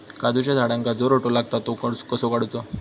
काजूच्या झाडांका जो रोटो लागता तो कसो काडुचो?